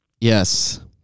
Yes